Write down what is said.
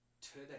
today